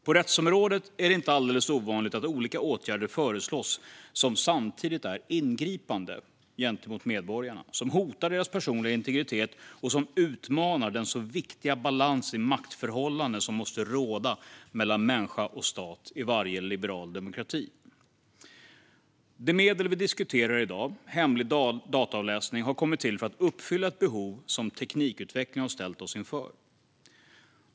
På rättsområdet är det inte alldeles ovanligt att olika åtgärder föreslås som samtidigt är ingripande gentemot medborgarna, hotar deras personliga integritet och utmanar den så viktiga balans i maktförhållandena som måste råda mellan människa och stat i varje liberal demokrati. Det medel vi diskuterar idag, hemlig dataavläsning, har kommit till för att uppfylla ett behov som teknikutvecklingen har ställt oss inför.